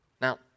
Now